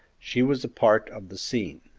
she was a part of the scene.